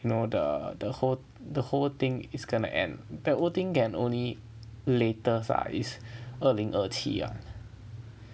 you know the the whole the whole thing is gonna end but the whole thing can only the latest ah is earning 二零二七 ah